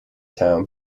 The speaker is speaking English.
town